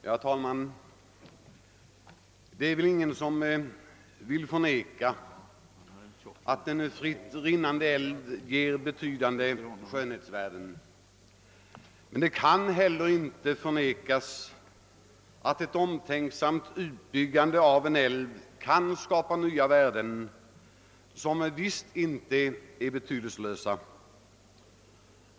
Herr talman! Det är väl ingen som vill förneka att en fritt rinnande älv ger betydande skönhetsvärden. Men det kan heller inte förnekas att ett omtänksamt utbyggande av en älv kan skapa nya värden som visst inte är betydelse lösa.